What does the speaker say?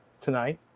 tonight